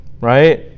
right